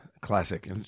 classic